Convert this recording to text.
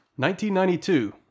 1992